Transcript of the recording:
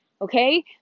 Okay